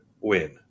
win